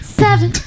seven